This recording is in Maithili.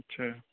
अच्छा